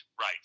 right